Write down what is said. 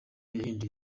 yahinduye